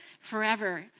forever